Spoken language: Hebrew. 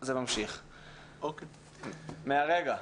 זה ארוך ואני לא אקריא את הכול.